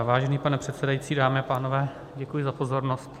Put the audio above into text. Vážený pane předsedající, dámy a pánové, děkuji za pozornost.